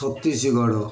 Chhattisgarh